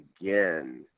Again